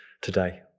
today